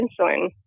insulin